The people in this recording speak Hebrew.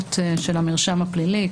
המהימנות של המידע הפלילי.